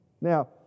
Now